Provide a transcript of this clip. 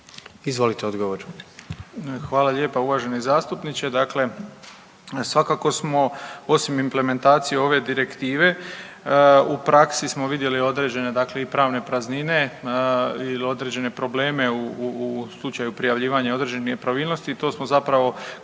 Ivan (HDZ)** Hvala lijepa uvaženi zastupniče. Dakle, svakako smo osim implementacije ove direktive u praksi smo vidjeli određene dakle i pravne praznine ili određene probleme u slučaju prijavljivanja određenih nepravilnosti i to smo zapravo kroz